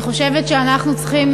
אני חושבת שאנחנו צריכים,